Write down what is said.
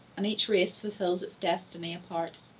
and each race fulfils its destiny apart.